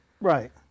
Right